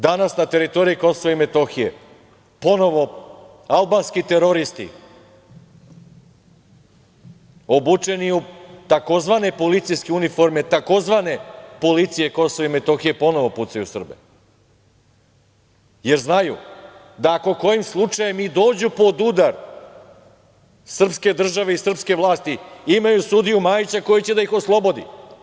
Danas na teritoriji Kosova i Metohije ponovo albanski teroristi, obučene u tzv. policijske uniforme tzv. policije Kosova i Metohije ponovo pucaju na Srbe, jer znaju da ako kojim slučajem i dođu pod udar srpske države i srpske vlasti imaju sudiju Majića koji će da ih oslobodi.